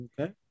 Okay